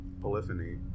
polyphony